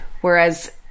whereas